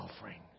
offering